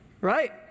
right